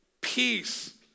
Peace